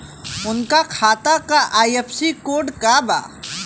उनका खाता का आई.एफ.एस.सी कोड का बा?